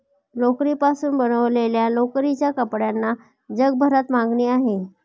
लोकरीपासून बनवलेल्या लोकरीच्या कपड्यांना जगभरात मागणी आहे